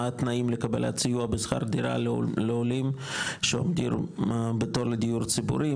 מה התנאים לקבלת סיוע בשכר דירה לעולים שעומדים בתור לדיור ציבורי,